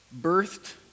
birthed